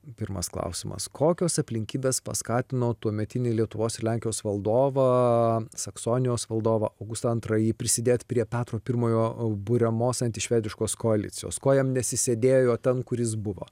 pirmas klausimas kokios aplinkybės paskatino tuometinį lietuvos ir lenkijos valdovą saksonijos valdovą augustą antrąjį prisidėti prie petro pirmojo buriamos antišvediškos koalicijos ko jam nesisėdėjo ten kur jis buvo